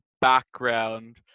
background